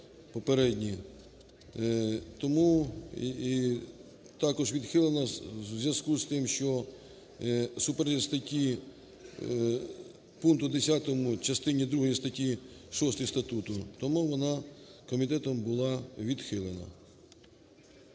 Тому також відхилена у зв'язку з тим, що суперечить статті… пункту 10 частині другій статті 6 статуту. Тому вона комітетом була відхилена.